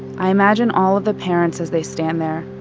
i imagine all of the parents as they stand there.